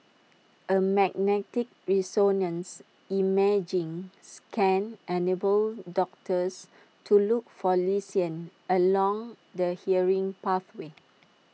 A magnetic resonance imaging scan enables doctors to look for lesions along the hearing pathway